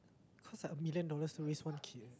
cause like a million of dollars to raise one kid